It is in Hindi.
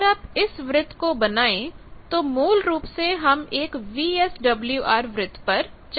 अगर आप इस व्रत को बनाएं तो मूल रूप से हम एक वीएसडब्ल्यूआर वृत्त पर चल रहे हैं